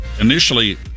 initially